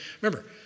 Remember